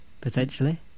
potentially